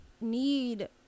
need